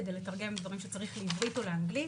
כדי לתרגם דברים שצריך לעברית או לאנגלית.